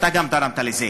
אתה גם תרמת לזה.